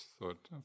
thought